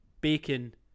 bacon